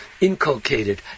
inculcated